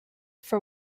for